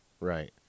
right